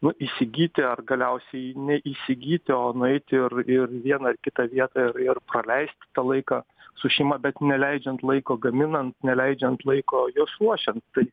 nu įsigyti ar galiausiai ne įsigyti o nueit ir į vieną ar kitą vietą ir praleisti tą laiką su šeima bet neleidžiant laiko gaminant neleidžiant laiko juos ruošiant tai